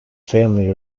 family